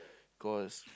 cause